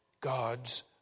God's